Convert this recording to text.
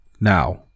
now